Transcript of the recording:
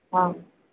ହଁ